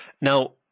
Now